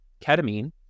ketamine